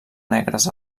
negres